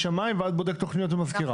שמאי ועד בודק תוכניות ומזכירה.